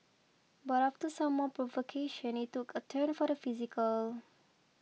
but after some more provocation it took a turn for the physical